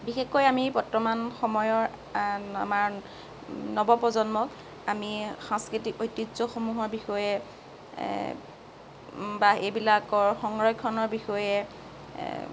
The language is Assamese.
বিশেষকৈ আমি বৰ্তমান সময়ৰ আমাৰ নৱপ্ৰজন্মক আমি সাংস্কৃতিক ঐতিহ্যসমূহৰ বিষয়ে বা এইবিলাকৰ সংৰক্ষণৰ বিষয়ে